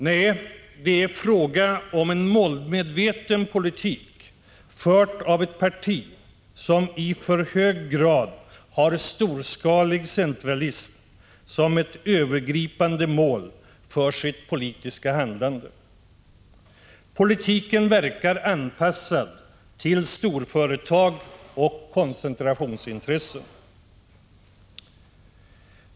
Nej, det är fråga om en målmedveten politik, förd av ett parti som i för hög grad har storskalig centralism som ett övergripande mål för sitt politiska handlande. Politiken verkar anpassad till storföretag och koncentrationsintressen.